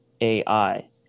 ai